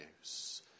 use